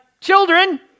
children